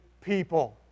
people